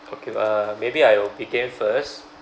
okay uh maybe I'll begin first